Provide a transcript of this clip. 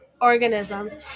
organisms